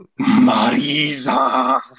Marisa